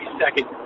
second